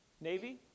Navy